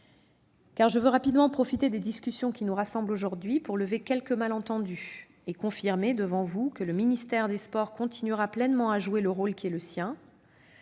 Je veux rapidement profiter des discussions qui nous rassemblent aujourd'hui pour lever quelques malentendus et confirmer devant vous que le ministère des sports continuera pleinement à jouer le rôle qui est le sien